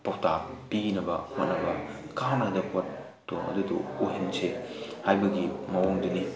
ꯄꯥꯎꯇꯥꯛ ꯄꯤꯅꯕ ꯍꯣꯠꯅꯕ ꯀꯥꯟꯅꯒꯗꯕ ꯄꯣꯠꯇꯨ ꯑꯗꯨꯗꯨ ꯑꯣꯏꯍꯟꯁꯤ ꯍꯥꯏꯕꯒꯤ ꯃꯑꯣꯡꯗꯅꯤ